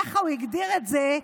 ככה הוא הגדיר את זה,